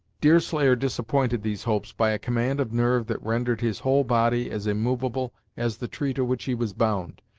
deerslayer disappointed these hopes by a command of nerve that rendered his whole body as immovable as the tree to which he was bound.